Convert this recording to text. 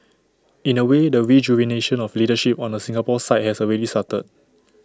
in A way the rejuvenation of leadership on the Singapore side has already started